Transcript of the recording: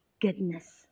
goodness